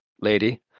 lady